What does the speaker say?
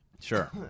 Sure